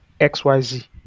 XYZ